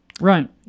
Right